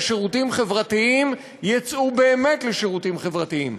לשירותים חברתיים יצאו באמת לשירותים חברתיים,